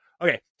Okay